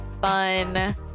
fun